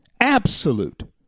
absolute